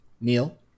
Neil